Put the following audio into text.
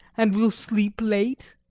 and will sleep late?